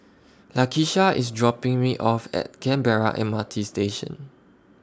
Lakisha IS dropping Me off At Canberra M R T Station